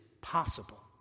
possible